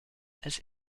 als